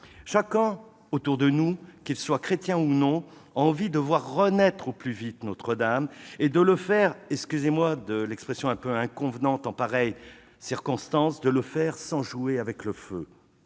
Chacun autour de nous, qu'il soit chrétien ou non, a envie de voir renaître au plus vite Notre-Dame et d'agir- excusez cette expression un peu inconvenante en pareilles circonstances -sans jouer avec le feu.